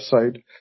website